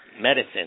medicine